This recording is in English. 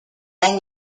long